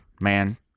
man